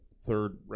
third